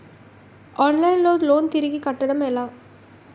Online లో loan తిరిగి కట్టడం ఎలా?